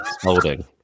holding